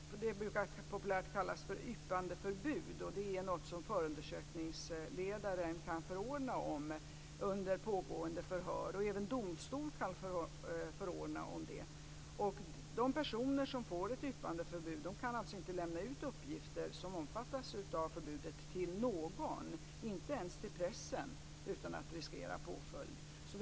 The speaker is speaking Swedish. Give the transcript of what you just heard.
Det brukar populärt kallas för yppandeförbud, och det är något som förundersökningsledaren kan förordna om under pågående förhör. Även domstol kan förordna om det. De personer som får ett yppandeförbud kan inte lämna ut uppgifter som omfattas av förbudet till någon, inte ens till pressen, utan att riskera påföljd.